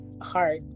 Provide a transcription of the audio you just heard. heart